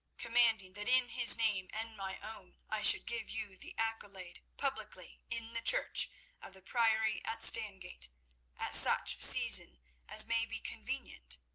commanding that in his name and my own i should give you the accolade publicly in the church of the priory at stangate at such season as may be convenient.